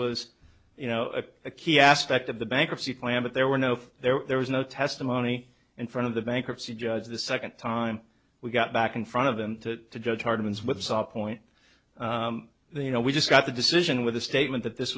was you know a key aspect of the bankruptcy plan but there were no there there was no testimony in front of the bankruptcy judge the second time we got back in front of the judge hardman's with a point you know we just got the decision with the statement that this